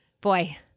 Boy